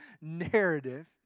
narrative